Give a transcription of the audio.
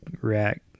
rack